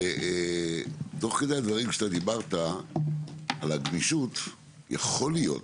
תוך כדי שדיברת על הגמישות יכול להיות